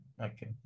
okay